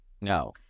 No